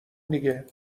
دیگه